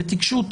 ותיגשו,